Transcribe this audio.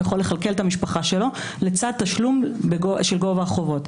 הוא יכול לכלכל את המשפחה שלו לצד תשלום של גובה החובות.